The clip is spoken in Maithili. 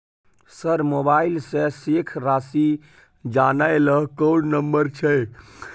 सर मोबाइल से शेस राशि जानय ल कोन नंबर छै?